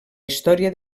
història